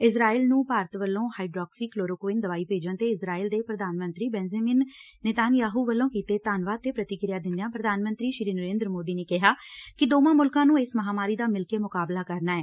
Israel ਨੂੰ ਭਾਰਤ ਵੱਲੋਂ hydroxychloroquine ਦਵਾਈ ਭੇਜਣ ਤੇ ਇਜ਼ਰਾਇਲ ਦੇ ਪ੍ਰਧਾਨ ਮੰਤਰੀ ਬੈਂਜੇਮਿਨ ਨੇਤਾਨਯਾਹੂ ਵੱਲੋਂ ਕੀਤੇ ਧੰਨਵਾਦ ਤੇ ਪ੍ਰਤੀਕਿਰਿਆ ਦਿੰਦਿਆਂ ਪ੍ਰਧਾਨ ਮੰਤਰੀ ਨਰੇ ਦਰ ਮੋਦੀ ਨੇ ਕਿਹਾ ਕਿ ਦੋਵਾਂ ਮੁਲਕਾਂ ਨੂੰ ਇਸ ਮਹਾਮਾਰੀ ਦਾ ਮਿਲਕੇ ਮੁਕਾਬਲਾ ਕਰਨਾ ਐ